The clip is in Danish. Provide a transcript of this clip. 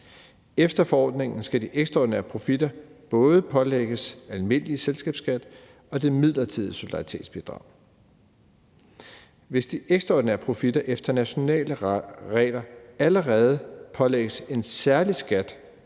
Efter forordningen skal de ekstraordinære profitter både pålægges almindelig selskabsskat og det midlertidige solidaritetsbidrag. Hvis de ekstraordinære profitter efter nationale regler allerede pålægges en særlig skat